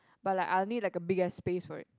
but like I'll need like a bigger space for it